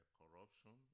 corruption